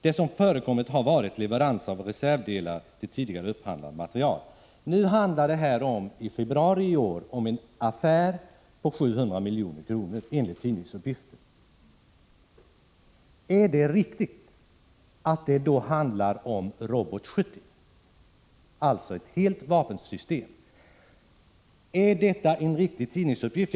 Det som förekommit har varit leveranser av reservdelar till tidigare upphandlad materiel.” Enligt tidningsuppgifter gjordes det i februari i år en affär på 700 milj.kr. Det handlade då om Robot 70, alltså ett helt vapensystem. Är denna tidningsuppgift riktig?